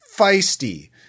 feisty